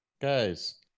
guys